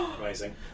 Amazing